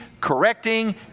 correcting